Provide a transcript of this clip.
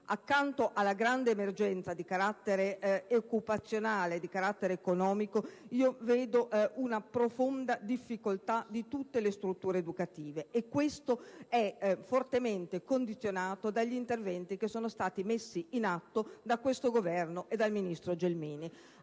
Accanto alla grande emergenza di carattere occupazionale ed economico vedo una profonda difficoltà di tutte le strutture educative. E questo è fortemente condizionato dagli interventi messi in atto da questo Governo e dal ministro Gelmini.